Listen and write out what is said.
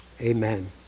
Amen